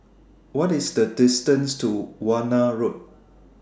What IS The distance to Warna Road